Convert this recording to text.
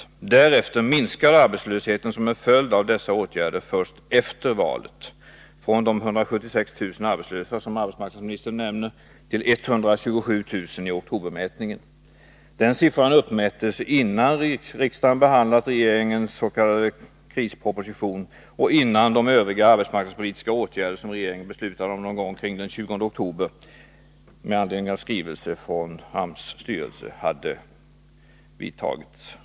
Arbetslösheten minskade först efter valet som en följd av dessa åtgärder, från de 176 000 arbetslösa, som arbetsmarknadsministern nämner, till 127 000 i oktobermätningen. Den siffran uppmättes innan riksdagen behandlat regeringens s.k. krisproposition och innan de övriga arbetsmarknadspolitiska åtgärder, som regeringen beslutade om omkring den 20 oktober med anledning av en skrivelse från AMS styrelse, hade vidtagits.